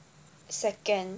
second